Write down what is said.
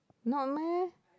not meh